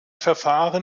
verfahren